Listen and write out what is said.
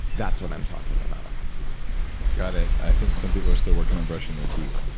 that's what i'm talking about got it. i think some people are still working on brushing their teeth.